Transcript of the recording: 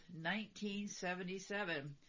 1977